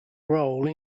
role